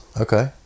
Okay